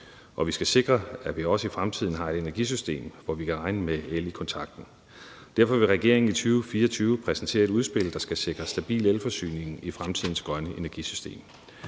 og vi skal sikre, at vi også i fremtiden har et energisystem, hvor vi kan regne med el i kontakten. Derfor vil regeringen i 2024 præsentere et udspil, der skal sikre en stabil elforsyning i fremtidens grønne energisystem.